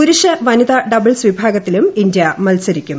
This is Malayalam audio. പുരുഷ വനിത ഡബിൾസ് വിഭാഗത്തിലും ഇന്ത്യ മത്സരിക്കും